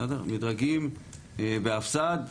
מדרגים בהפס"ד,